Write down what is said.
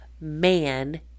man